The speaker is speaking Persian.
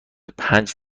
پنج